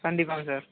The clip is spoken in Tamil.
கண்டிப்பாகங்க சார்